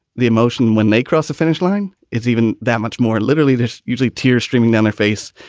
the emotion when they cross the finish line, it's even that much more literally. there's usually tears streaming down her face.